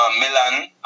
Milan